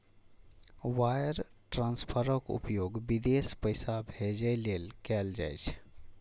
wire ट्रांसफरक उपयोग विदेश पैसा भेजै लेल कैल जाइ छै